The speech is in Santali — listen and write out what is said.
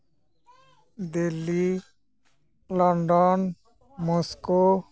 Delhi London Moscow